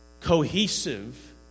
cohesive